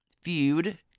Feud